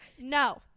No